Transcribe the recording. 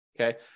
Okay